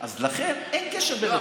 אז לכן, אין קשר בין הדברים.